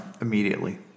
Immediately